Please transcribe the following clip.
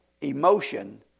emotion